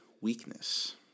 weakness